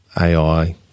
AI